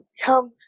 Come